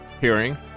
hearing